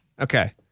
Okay